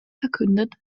verkündet